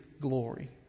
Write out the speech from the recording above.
glory